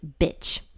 bitch